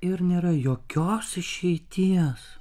ir nėra jokios išeities